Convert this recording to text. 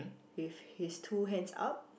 with his two hands up